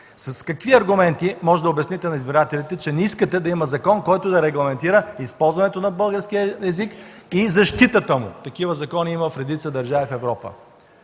С какви аргументи можете да обясните на избирателите, че не искате да има закон, който да регламентира използването на българския език и защитата му? Такива закони има в редица държави в Европа.